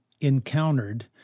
encountered